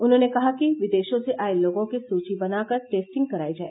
उन्होंने कहा कि विदेशों से आये लोगों की सूची बना कर टेस्टिंग करायी जाय